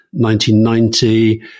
1990